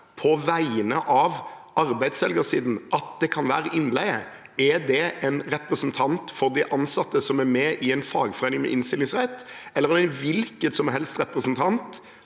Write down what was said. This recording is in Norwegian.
på vegne av arbeidsselgersiden, at det kan være innleie? Er det en representant for de ansatte som er med i en fagforening med innstillingsrett, eller kan de som eier bedriften,